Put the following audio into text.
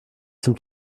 zum